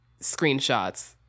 screenshots